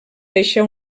deixa